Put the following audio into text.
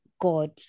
God